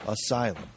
Asylum